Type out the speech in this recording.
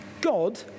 God